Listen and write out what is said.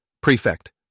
Prefect